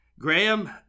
Graham